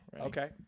Okay